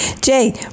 Jay